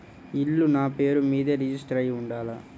ఇల్లు నాపేరు మీదే రిజిస్టర్ అయ్యి ఉండాల?